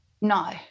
No